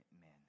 men